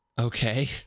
Okay